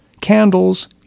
candles